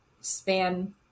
span